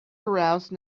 arouse